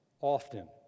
often